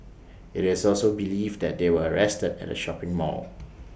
IT is also believed that they were arrested at A shopping mall